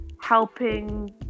helping